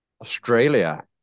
Australia